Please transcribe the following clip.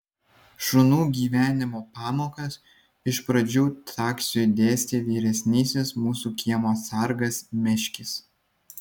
šunų gyvenimo pamokas iš pradžių taksiui dėstė vyresnysis mūsų kiemo sargas meškis